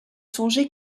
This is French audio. songer